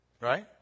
Right